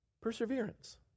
Perseverance